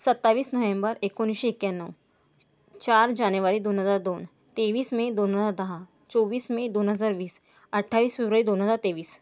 सत्तावीस नोहेंबर एकोणीसशे एक्याण्णव चार जानेवारी दोन हजार दोन तेवीस मे दोन हो दहा चोवीस मे दोन हजार वीस अठ्ठावीस फेब्रुवारी दोन हजार तेवीस